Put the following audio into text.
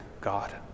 God